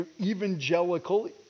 evangelical